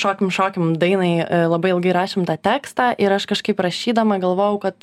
šokim šokim dainai labai ilgai rašėm tą tekstą ir aš kažkaip rašydama galvojau kad